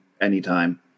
anytime